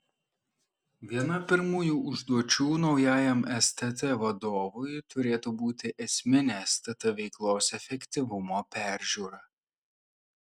viena pirmųjų užduočių naujajam stt vadovui turėtų būti esminė stt veiklos efektyvumo peržiūra